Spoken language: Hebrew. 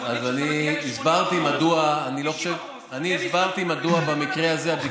אז אני הסברתי מדוע במקרה הזה הבדיקות,